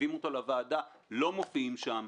מגניבים אותו לוועדה לא מופיעים שם.